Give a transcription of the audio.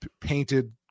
painted